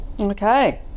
Okay